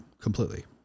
Completely